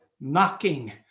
knocking